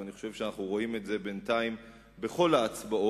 ואני חושב שאנחנו רואים את זה בינתיים בכל ההצבעות,